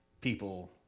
people